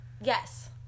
Yes